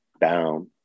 down